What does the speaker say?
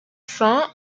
fin